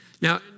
Now